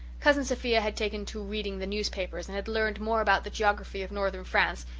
cousin sophia had taken to reading the newspapers and had learned more about the geography of northern france,